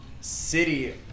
city